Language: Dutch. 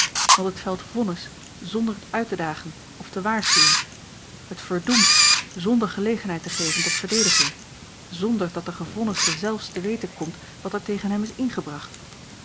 want het velt vonnis zonder uit te dagen of te waarschuwen het verdoemt zonder gelegenheid te geven tot verdediging zonder dat de gevonnisde zelfs te weten komt wat er tegen hem is ingebracht